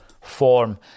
form